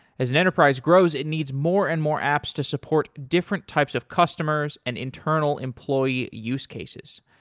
as an enterprise grows, it needs more and more apps to support different types of customers and internal employee use cases.